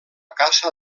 casa